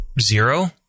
Zero